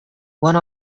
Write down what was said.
one